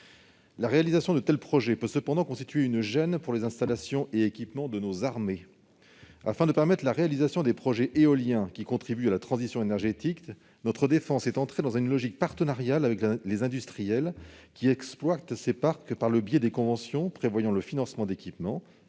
la réalisation de tels projets peut constituer une gêne pour les installations et équipements de nos armées. Afin de permettre la réalisation des projets éoliens, qui contribuent à la transition énergétique, notre défense est entrée dans une logique partenariale avec les industriels qui exploitent ces parcs par le biais de conventions prévoyant le financement d'équipements